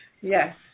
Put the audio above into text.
Yes